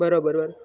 બરાબર બર